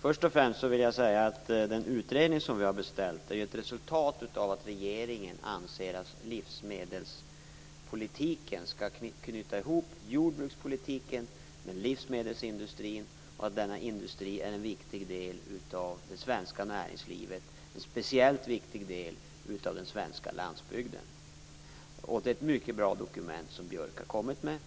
Först och främst vill jag säga att den utredning som vi har beställt är ett resultat av att regeringen anser att livsmedelspolitiken skall knyta ihop jordbrukspolitiken med livsmedelsindustrin och att denna industri är en viktig del av det svenska näringslivet. Den är en speciellt viktig del av den svenska landsbygden. Det är ett mycket bra dokument som nu har kommit.